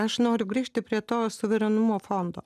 aš noriu grįžti prie to suverenumo fondo